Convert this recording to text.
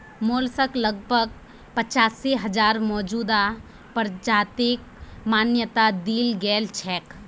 mollusc लगभग पचासी हजार मौजूदा प्रजातिक मान्यता दील गेल छेक